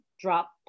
drop